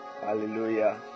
Hallelujah